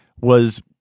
was-